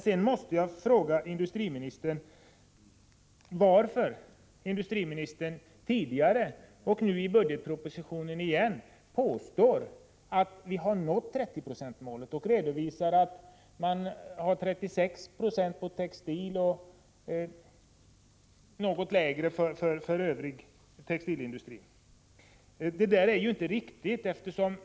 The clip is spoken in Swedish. Sedan måste jag fråga industriministern varför industriministern tidigare och nu i budgetpropositionen igen påstår att vi har nått 30-procentsmålet och redovisar att vi har en produktionsvolym på 36 9o inom textilindustrin och något lägre inom övrig tekoindustri. Det är ju inte riktigt.